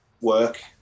work